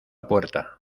puerta